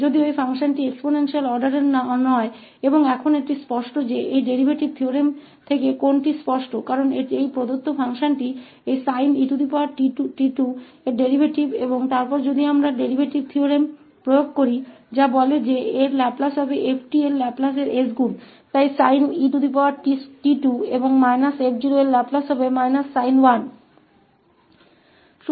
जबकि यह function exponential order का नहीं है और अब यह स्पष्ट है कि इस डेरीवेटिव प्रमेय से क्या स्पष्ट है क्योंकि यह दिया गया फंक्शनइस sin का डेरीवेटिव है और फिर यदि हम डेरीवेटिव प्रमेय लागू करते हैं जो कहता है कि इसका लाप्लास अब s f𝑡 के लाप्लास का गुना होगा इसलिए sin et2 का लाप्लास और −𝑓 जो कि sin 1 है